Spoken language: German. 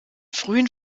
frühen